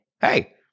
Hey